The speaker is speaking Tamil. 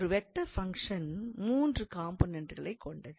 ஒரு வெக்டார் ஃபங்க்ஷன் மூன்று காம்போனெண்ட்களைக் கொண்டது